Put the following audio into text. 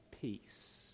Peace